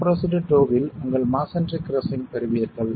compressed டோ வில் உங்கள் மஸோன்றி கிரஸ்ஸிங் பெறுவீர்கள்